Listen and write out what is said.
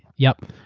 yup.